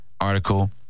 article